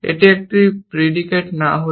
এটি একটি predicate না হলে